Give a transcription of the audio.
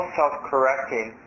self-correcting